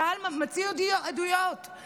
צה"ל מוציא עדויות,